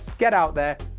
get out there,